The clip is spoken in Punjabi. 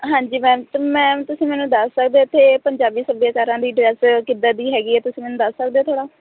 ਹਾਂਜੀ ਮੈਮ ਮੈਮ ਤੁਸੀਂ ਮੈਨੂੰ ਦੱਸ ਸਕਦੇ ਇੱਥੇ ਪੰਜਾਬੀ ਸੱਭਿਆਚਾਰਾਂ ਦੀ ਡਰੈੱਸ ਕਿੱਦਾਂ ਦੀ ਹੈਗੀ ਏ ਤੁਸੀਂ ਮੈਨੂੰ ਦੱਸ ਸਕਦੇ ਹੋ ਥੋੜ੍ਹਾ